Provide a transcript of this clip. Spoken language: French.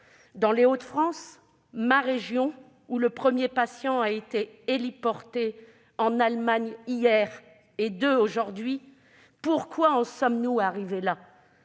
Dans les Hauts-de-France, ma région, un premier patient a été héliporté hier vers l'Allemagne et deux aujourd'hui. Comment en sommes-nous arrivés là ?